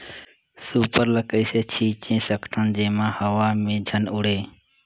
Super ल कइसे छीचे सकथन जेमा हवा मे झन उड़े?